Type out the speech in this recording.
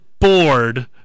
bored